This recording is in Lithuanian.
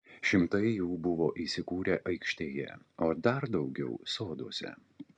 šimtai jų buvo įsikūrę aikštėje o dar daugiau soduose